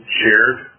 shared